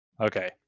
Okay